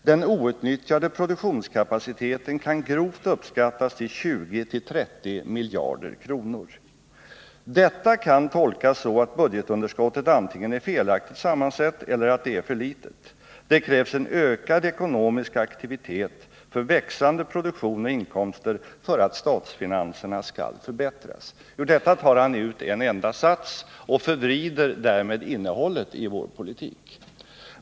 Den outnyttjade produktionskapaciteten kan grovt uppskattas till 20-30 miljarder kronor. Detta kan tolkas så att budgetunderskottet antingen är felaktigt sammansatt eller att det är för litet. Det krävs en ökad ekonomisk aktivitet för växande produktion och inkomster för att statsfinanserna skall förbättras.” Ur detta tar herr Enlund ut en enda sats och förvrider därmed innehållet i vår politik.